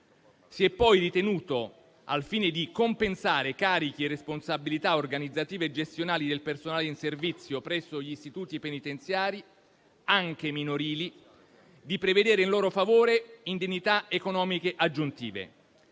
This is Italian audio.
Si è poi ritenuto, al fine di compensare carichi e responsabilità organizzative e gestionali del personale in servizio presso gli istituti penitenziari, anche minorili, di prevedere in loro favore indennità economiche aggiuntive.